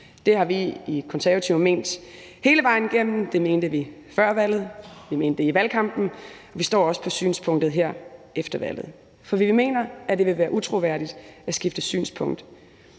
Det har vi i Konservative ment hele vejen igennem; det mente vi før valget, vi mente det i valgkampen, og vi står også på synspunktet her efter valget. For vi mener, at det ville være utroværdigt at skifte synspunkt,